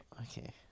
Okay